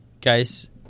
Guys